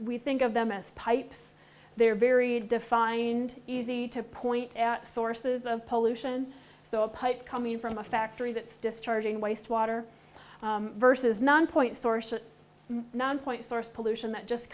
we think of them as pipes they're very defined easy to point at sources of pollution so a pipe coming from a factory that's discharging waste water versus non point sources non point source pollution that just